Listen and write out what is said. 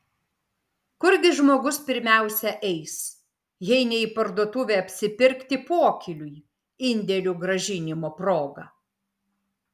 kurgi žmogus pirmiausia eis jei ne į parduotuvę apsipirkti pokyliui indėlių grąžinimo proga